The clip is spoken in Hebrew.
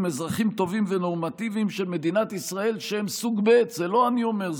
אזרחים טובים ונורמטיביים של מדינת ישראל שהם סוג ב'" זה לא אני אומר,